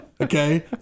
okay